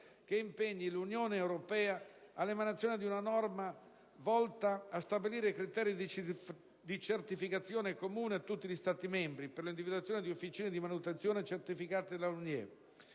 che impegni l'Unione europea all'emanazione di una norma volta a stabilire criteri di certificazione comune a tutti gli Stati membri per l'individuazione di officine di manutenzione certificate dalla Unione